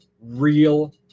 real